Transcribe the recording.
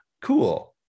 cool